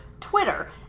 twitter